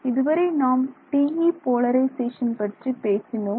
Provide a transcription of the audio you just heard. இதுவரை நாம் TE polarisation பற்றி பேசினோம்